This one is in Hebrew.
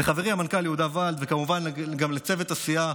לחברי המנכ"ל יהודה ולד, וכמובן גם לצוות הסיעה